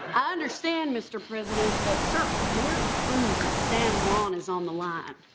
understand mr. president. sir. mayor cruz of san juan is on the line.